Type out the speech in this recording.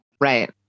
Right